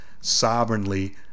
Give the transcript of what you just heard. sovereignly